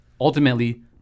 ultimately